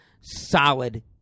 solid